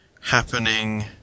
happening